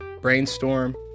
brainstorm